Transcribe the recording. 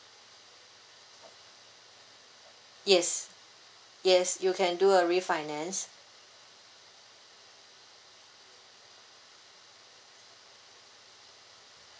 yes yes you can do a refinance